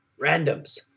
randoms